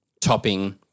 topping